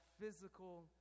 physical